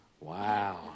Wow